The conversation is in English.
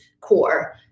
core